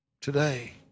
today